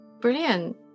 brilliant